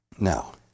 Now